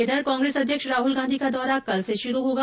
इधर कांग्रेस अध्यक्ष राहुल गांधी का दौरा कल से शुरू होगा